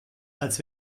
als